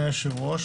היושב-ראש.